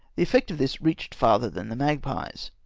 the effect of this reached farther than the magpies.